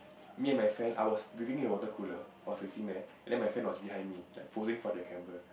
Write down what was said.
me and my friend I was drinking the water cooler I was drinking there and then my friend was behind me posing for the camera